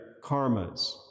karmas